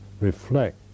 reflect